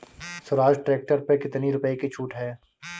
Swaraj tractor पर कितनी रुपये की छूट है?